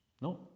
No